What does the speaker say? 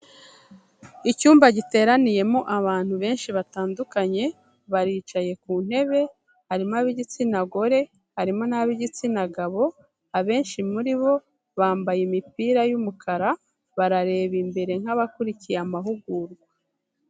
Icyumba giteraniyemo abantu benshi batandukanye, baricaye ku ntebe, harimo ab'igitsina gore, harimo n'ab'igitsina gabo, abenshi muri bo bambaye imipira y'umukara, barareba imbere nk'abakurikiye amahugurwa.